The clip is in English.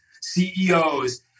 CEOs